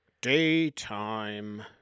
Daytime